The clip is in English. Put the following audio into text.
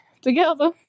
together